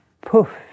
poof